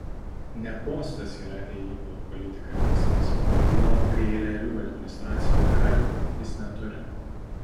ne postas yra ėjimo į politiką tikslas juolab kai realių administracinių galių jis neturi